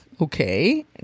Okay